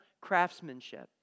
craftsmanship